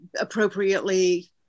appropriately